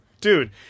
Dude